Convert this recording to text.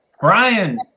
Brian